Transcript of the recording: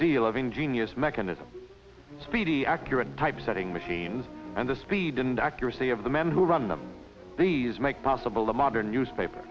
deal of ingenious mechanisms speedy accurate typesetting machines and the speed and accuracy of the men who run them these make possible the modern newspaper